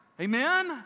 Amen